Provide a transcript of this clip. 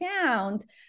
found